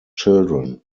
children